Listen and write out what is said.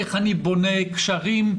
איך אני בונה קשרים,